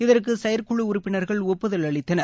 இதற்கு செயற்குழு உறுப்பினர்கள் ஒப்புதல் அளித்தனர்